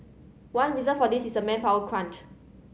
one reason for this is a manpower crunch